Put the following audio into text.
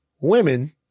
women